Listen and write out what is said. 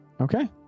Okay